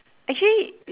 actually